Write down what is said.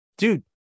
Dude